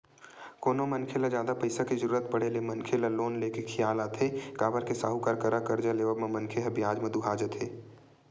कोनो मनखे ल जादा पइसा के जरुरत पड़े ले मनखे ल लोन ले के खियाल आथे काबर के साहूकार करा करजा लेवब म मनखे ह बियाज म दूहा जथे